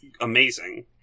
amazing